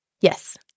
yes